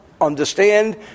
understand